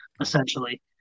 essentially